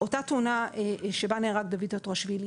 שאותה תאונה שבה נהרג דוד טטרשווילי,